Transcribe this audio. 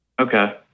Okay